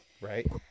Right